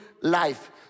life